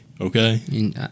Okay